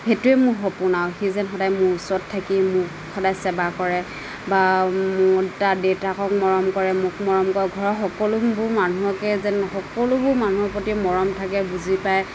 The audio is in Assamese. সেইটোৱে মোৰ সপোন আৰু সি যেন সদায় মোৰ ওচৰত থাকি মোৰ সদায় সেৱা কৰে বা মোৰ তাৰ দেউতাকক মৰম কৰে মোক মৰম কৰে ঘৰৰ সকলোবোৰ মানুহকে যেন সকলোবোৰ মানুহৰ প্ৰতি মৰম থাকে বুজি পায়